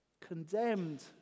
condemned